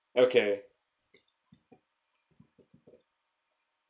okay